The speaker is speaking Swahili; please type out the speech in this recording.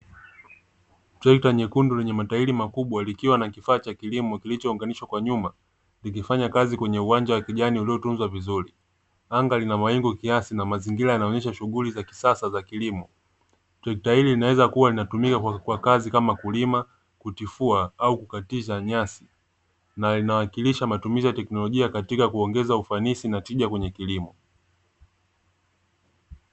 Trekta nyekundu lenye matairi makubwa likiwa na kifaa cha kilimo kilichounganishwa kwa nyuma likifanya kazi kwenye uwanja wa kijani uliotunzwa vizuri. Anga lina mawingu kiasi na mazingira yanaonyesha shughuli za kisasa za kilimo. Trekta hili linaweza kuwa linatumika kwa kazi kama kulima, kutifua, au kukatiza nyasi, na linawakilisha matumizi ya teknolojia katika kuongeza ufanisi na tija kwenye kilimo.